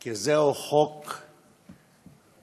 כי זהו חוק כוללני.